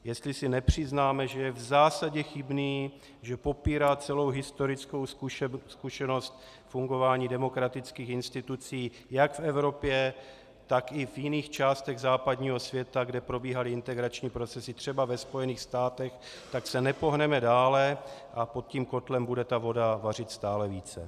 Jestli si nepřiznáme, že je v zásadě chybný, že popírá celou historickou zkušenost fungování demokratických institucí jak v Evropě, tak i v jiných částech západního světa, kde probíhaly integrační procesy, třeba ve Spojených státech, tak se nepohneme dále a pod tím kotlem bude voda vařit stále více.